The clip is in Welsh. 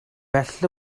bell